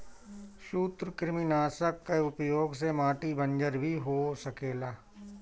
सूत्रकृमिनाशक कअ उपयोग से माटी बंजर भी हो सकेला